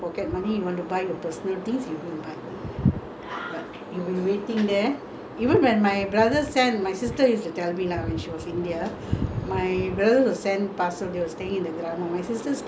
even when my brother sent my sister used to tell me lah when she was india my brother will send parcel there they were staying in the கிராமம்:graamam my sister stayed there six years then she will be waiting for sing~ singapore what presents will come